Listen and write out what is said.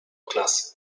klasy